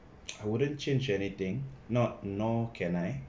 I wouldn't change anything not nor can I